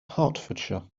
hertfordshire